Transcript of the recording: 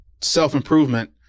self-improvement